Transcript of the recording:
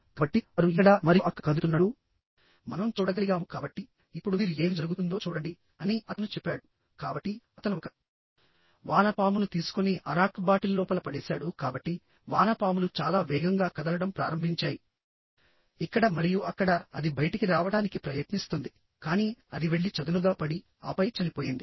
కాబట్టివారు ఇక్కడ మరియు అక్కడ కదులుతున్నట్లు మనం చూడగలిగాము కాబట్టి ఇప్పుడు మీరు ఏమి జరుగుతుందో చూడండి అని అతను చెప్పాడు కాబట్టి అతను ఒక వానపామును తీసుకొని అరాక్ బాటిల్ లోపల పడేశాడు కాబట్టి వానపాములు చాలా వేగంగా కదలడం ప్రారంభించాయిఇక్కడ మరియు అక్కడ అది బయటికి రావడానికి ప్రయత్నిస్తుందికానీ అది వెళ్లి చదునుగా పడిఆపై చనిపోయింది